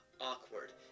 awkward